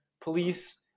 police